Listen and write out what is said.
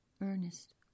Ernest